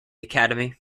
academy